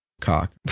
cock